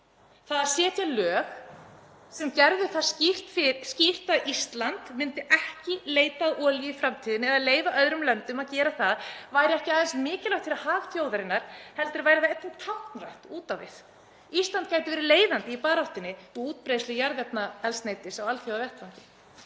Það að setja lög sem gerðu það skýrt að Ísland myndi ekki leita að olíu í framtíðinni eða leyfa öðrum löndum að gera það, væri ekki aðeins mikilvægt fyrir hag þjóðarinnar heldur væri það einnig táknrænt út á við. Ísland gæti verið leiðandi í baráttunni og útbreiðslu jarðefnaeldsneytis á alþjóðavettvangi.